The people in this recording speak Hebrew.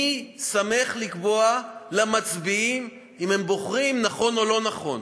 מי שמך לקבוע למצביעים אם הם בוחרים נכון או לא נכון